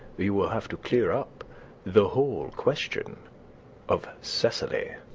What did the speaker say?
you will have to clear up the whole question of cecily.